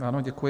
Ano, děkuji.